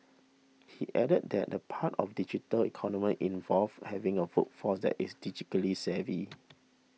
he added that a part of digital economy involves having a workforce that is digitally savvy